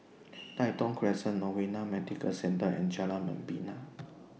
Tai Thong Crescent Novena Medical Centre and Jalan Membina